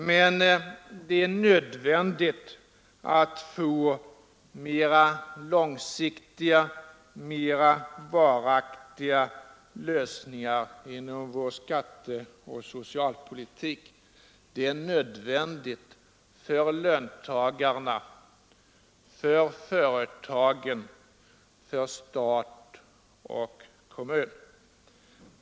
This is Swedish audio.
Men det är nödvändigt att få till stånd mera långsiktiga och varaktiga lösningar inom vår skatteoch socialpolitik. Det är nödvändigt för löntagarna, för företagen, för stat och kommun.